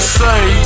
say